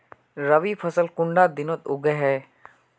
रवि फसल कुंडा दिनोत उगैहे?